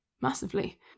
massively